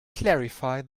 clarify